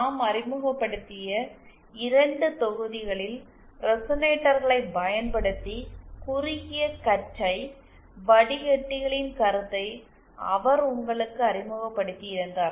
நாம் அறிமுகப்படுத்திய 2 தொகுதிகளில் ரெசனேட்டர்களைப் பயன்படுத்தி குறுகிய கற்றை வடிகட்டிகளின் கருத்தை அவர் உங்களுக்கு அறிமுகப்படுத்தியிருந்தார்